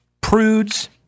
Prudes